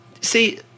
See